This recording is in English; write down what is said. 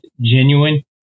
genuine